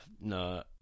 No